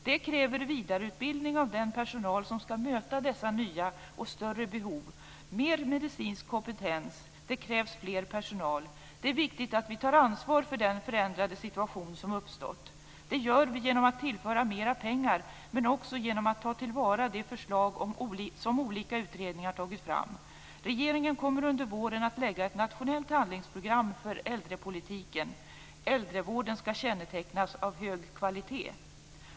Det kräver vidareutbildning av den personal som skall möta dessa nya och större behov, mer medicinsk kompetens och mer personal. Det är viktigt att vi tar ansvar för den förändrade situation som uppstått. Det gör vi genom att tillföra mera pengar men också genom att ta till vara de förslag som olika utredningar tagit fram. Regeringen kommer under våren att lägga ett nationellt handlingsprogram för äldrepolitiken. Äldrevården skall kännetecknas av hög kvalitet.